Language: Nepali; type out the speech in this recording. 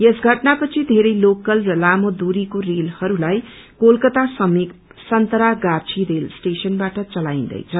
यस घटनापछि बेरै लोकल र लामो दूरीको रेललाई कलकता समिप संतरागाछी रेल स्टेशनबाट चलाइन्दैछ